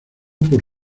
por